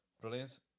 Brilliant